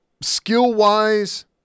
Skill-wise